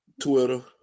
Twitter